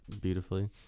beautifully